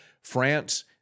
France